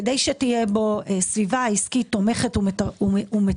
כדי שתהיה בו סביבה עסקית תומכת ומטפחת